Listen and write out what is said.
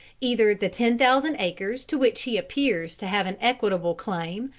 either the ten thousand acres to which he appears to have an equitable claim,